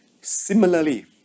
Similarly